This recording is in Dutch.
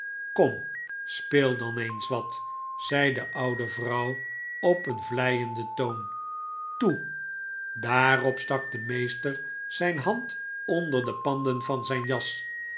kom speel dan eens wat zei de oude vrouw op een vleienden toon toe daarop stak de meester zijn hand onder de panden van zijn jas